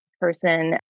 person